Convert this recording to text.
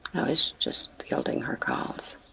i was just fielding her calls.